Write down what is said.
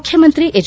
ಮುಖ್ಯಮಂತ್ರಿ ಎಚ್